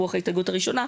ברוח ההסתייגות הראשונה,